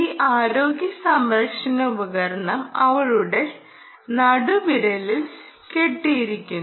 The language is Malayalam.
ഈ ആരോഗ്യസംരക്ഷണ ഉപകരണം അവളുടെ നടുവിരലിൽ കെട്ടിയിരിക്കുന്നു